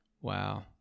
Wow